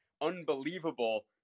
unbelievable